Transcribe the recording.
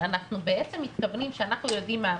אנחנו בעצם מתכוונים שאנחנו יודעים מה המסקנה.